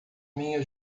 minha